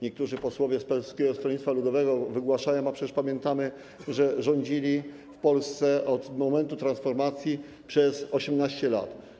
Niektórzy posłowie z Polskiego Stronnictwa Ludowego wygłaszają tutaj mocne mowy, a przecież pamiętamy, że rządzili w Polsce od momentu transformacji przez 18 lat.